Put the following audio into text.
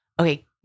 Okay